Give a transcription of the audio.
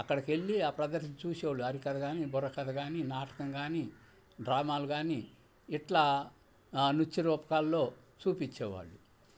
అక్కడకెళ్ళి ఆ ప్రదర్శన చూసేవోళ్ళు హరికథ కానీ బుర్రకథ కానీ నాటకం కానీ డ్రామాలు కానీ ఇట్లా నృత్య రూపకాల్లో చూపించేవాళ్ళు